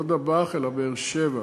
לא "דבאח", אלא באר-שבע,